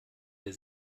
der